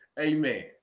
amen